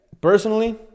personally